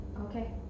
Okay